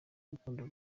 n’urukundo